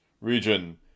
region